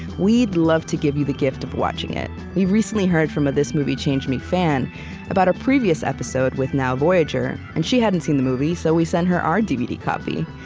we'd love to give you the gift of watching it. we recently heard from a this movie changed me fan about a previous episode with now, voyager. and she hadn't seen the movie, so we sent her our dvd copy.